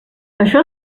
això